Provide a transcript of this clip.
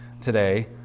today